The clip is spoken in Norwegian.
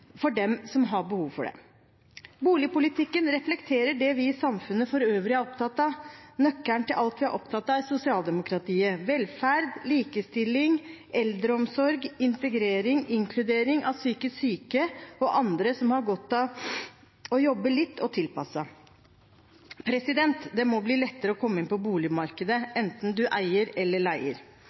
for dem som har behov for det. Boligpolitikken reflekterer det vi i samfunnet for øvrig er opptatt av – nøkkelen til alt vi er opptatt av i sosialdemokratiet – velferd, likestilling, eldreomsorg, integrering, inkludering av psykisk syke og av andre som har godt av å jobbe litt og tilpasset. Det må bli lettere å komme inn på boligmarkedet, enten man eier eller leier.